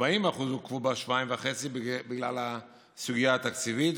40% עוכבו בשבועיים וחצי בגלל הסוגיה התקציבית,